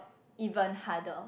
even harder